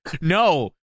no